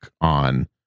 on